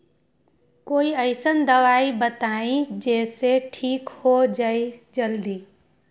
कोई अईसन दवाई बताई जे से ठीक हो जई जल्दी?